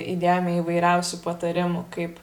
įdėjome įvairiausių patarimų kaip